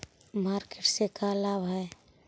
Market से का लाभ है?